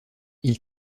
ils